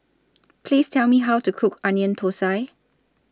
Please Tell Me How to Cook Onion Thosai